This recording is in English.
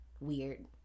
weird